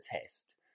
test